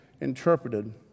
interpreted